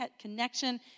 connection